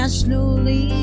slowly